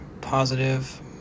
positive